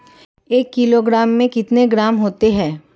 एक किलोग्राम में कितने ग्राम होते हैं?